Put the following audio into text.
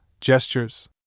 Gestures